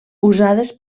usades